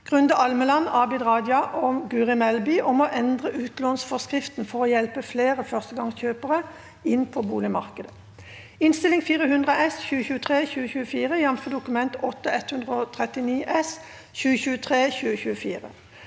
Grunde Almeland, Abid Raja og Guri Melby om å endre utlånsforskriften for å hjelpe flere førstegangskjøpere inn på boligmarkedet (Innst. 400 S (2023–2024), jf. Dokument 8:139 S (2023–2024))